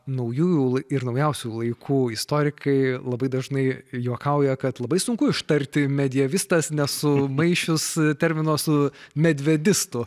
naujųjų ir naujausių laikų istorikai labai dažnai juokauja kad labai sunku ištarti medievistas nesumaišius termino su medvedistu